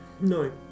No